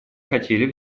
хотели